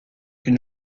une